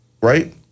Right